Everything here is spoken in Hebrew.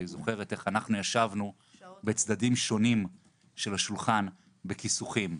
והיא זוכרת איך אנחנו ישבנו בצדדים שונים של השולחן בכיסוחים.